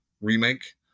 remake